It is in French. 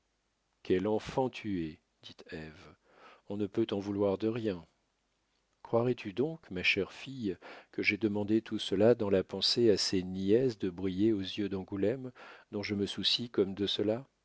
quel enfant tu es dit ève on ne peut t'en vouloir de rien croirais-tu donc ma chère fille que j'aie demandé tout cela dans la pensée assez niaise de briller aux yeux d'angoulême dont je me soucie comme de cela